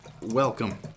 Welcome